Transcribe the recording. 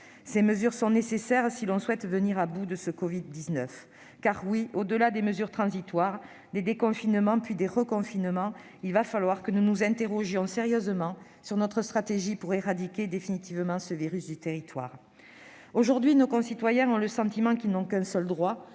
Ces mesures sont nécessaires si l'on souhaite venir à bout de ce covid-19, mais, au-delà des mesures transitoires, des déconfinements, puis des reconfinements, il va falloir que nous nous interrogions sérieusement sur notre stratégie pour éradiquer définitivement ce virus du territoire. Aujourd'hui, nos concitoyens ont le sentiment qu'ils n'ont qu'un seul droit,